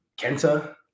Kenta